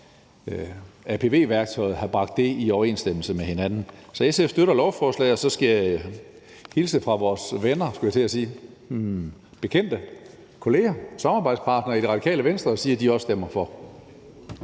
apv-værktøjet, altså have bragt dem i overensstemmelse med hinanden. Så SF støtter lovforslaget. Og så skal jeg hilse fra vores venner, skulle jeg til at sige, altså fra vores bekendte, kolleger, samarbejdspartnere i Radikale Venstre og sige, at de også stemmer for.